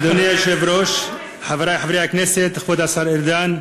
אדוני היושב-ראש, חברי חברי הכנסת, כבוד השר ארדן,